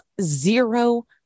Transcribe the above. zero